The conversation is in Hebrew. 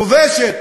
כובשת